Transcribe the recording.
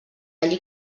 allí